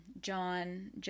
John